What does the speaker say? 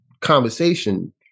conversation